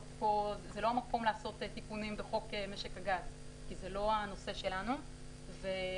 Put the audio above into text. זה לא המקום לעשות תיקונים בחוק משק הגז כי זה לא הנושא שלנו ולכן